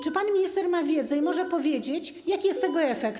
Czy pan minister ma wiedzę i może powiedzieć, jaki jest tego efekt?